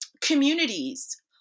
communities